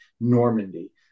Normandy